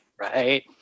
Right